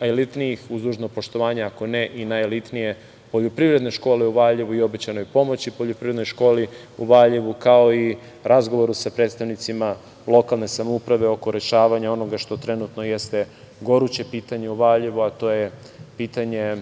najelitnijih, uz dužno poštovanje, ako ne i najelitnije poljoprivredne škole u Valjevu i obećanoj pomoći poljoprivrednoj školi u Valjevu, kao i razgovoru sa predstavnicima lokalne samouprave oko rešavanja onoga što trenutno jeste goruće pitanje u Valjevu, a to je, pitanje